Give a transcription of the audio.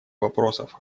вопросов